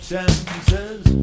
Chances